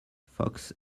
fox